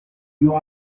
you